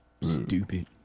Stupid